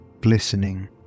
glistening